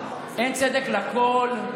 אין צדק לכול?